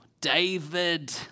David